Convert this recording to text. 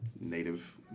Native